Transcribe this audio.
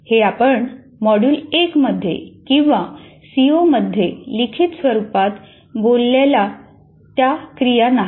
हे आपण मॉड्यूल 1 मध्ये किंवा सीओमध्ये लिखित स्वरुपात बोलल्या त्या क्रिया नाहीत